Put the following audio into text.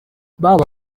baba